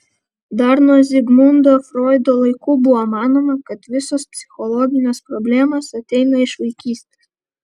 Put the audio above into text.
dar nuo zigmundo froido laikų buvo manoma kad visos psichologinės problemos ateina iš vaikystės